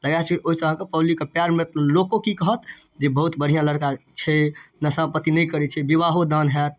लगा सकै छियै ओइसँ अहाँके पब्लिक कऽ प्यार मिलत लोको की कहत जे बहुत बढिआँ लड़का छै नशा पाती नहि करै छै विवाहोदान हैत